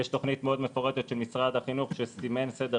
יש תוכנית מאוד מפורטת של משרד החינוך שסימן סדר